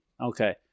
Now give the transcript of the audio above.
Okay